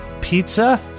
pizza